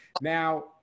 Now